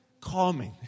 calming